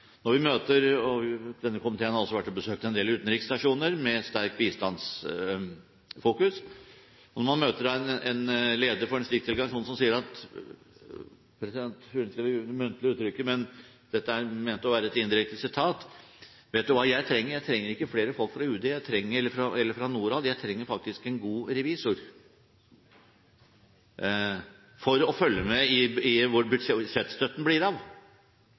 Denne komiteen har vært og besøkt en del utenriksstasjoner med sterkt bistandsfokus, og når man møter en leder for en slik delegasjon som sier at – unnskyld det muntlige uttrykket, president, men dette er ment å være et indirekte sitat: Vet du hva jeg trenger? Jeg trenger ikke flere folk fra UD eller fra Norad, jeg trenger faktisk en god revisor for å følge med i hvor budsjettstøtten blir av. Det er da jeg stiller det spørsmålet tilbake til utviklingsministeren, som jeg tror kan tenke litt ukonvensjonelt av